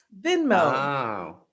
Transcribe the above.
venmo